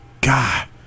God